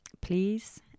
please